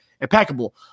impeccable